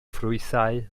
ffrwythau